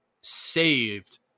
saved